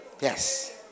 Yes